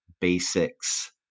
basics